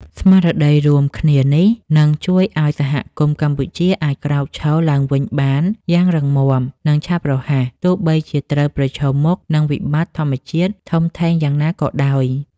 ស្មារតីរួមគ្នានេះ នឹងជួយឱ្យសហគមន៍កម្ពុជាអាចក្រោកឈរឡើងវិញបានយ៉ាងរឹងមាំ និងឆាប់រហ័ស ទោះបីជាត្រូវប្រឈមមុខនឹងវិបត្តិធម្មជាតិធំធេងយ៉ាងណាក៏ដោយ។